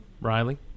riley